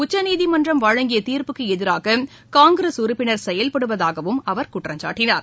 உச்சநீதிமன்றம் வழங்கிய தீர்ப்புக்கு எதிராக காங்கிரஸ் உறுப்பினர் செயல்படுவதாகவும் அவர் குற்றம் சாட்டினார்